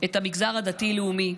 את המגזר הדתי-לאומי,